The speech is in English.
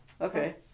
okay